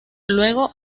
luego